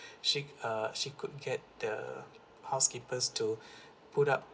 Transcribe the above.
she uh she could get the housekeepers to put up